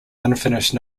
unfinished